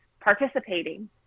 participating